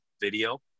video